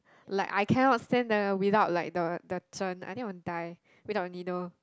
like I cannot stand the without like the the I think I will die without the needle